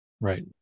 Right